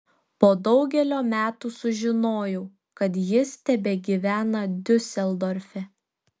po daugelio metų sužinojau kad jis tebegyvena diuseldorfe